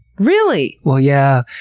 really? well, yeah.